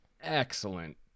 Excellent